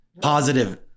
Positive